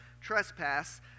trespass